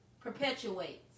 perpetuates